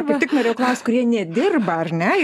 kaip tik norėjau klaust kurie nedirba ar ne